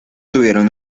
tuvieron